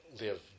live